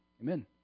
amen